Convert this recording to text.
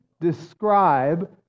describe